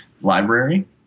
Library